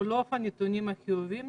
בלוף הנתונים החיוביים,